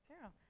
Zero